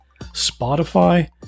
Spotify